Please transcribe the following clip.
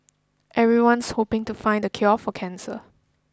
everyone's hoping to find the cure for cancer